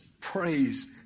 praise